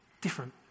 different